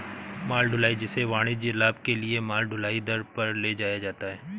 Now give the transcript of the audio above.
माल ढुलाई, जिसे वाणिज्यिक लाभ के लिए माल ढुलाई दर पर ले जाया जाता है